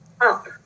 up